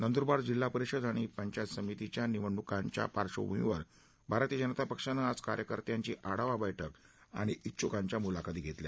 नंदूरबार जिल्हा परिषद आणि पंचायती समितीच्या निवडणुकांच्या पार्श्वभूमीवर भारतीय जनता पक्षानं आज कार्यकर्त्यांची आढावा बैठक आणि ईच्छुकांच्या मुलाखती घेतल्या